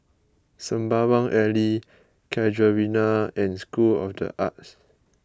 Sembawang Alley Casuarina and School of the Arts